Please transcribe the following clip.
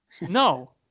No